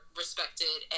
respected